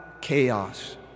chaos